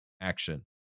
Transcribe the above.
action